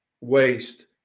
waste